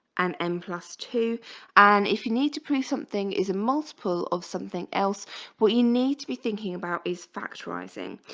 and n plus two and if you need to produce something is a multiple of something else what you need to be thinking about is factorizing,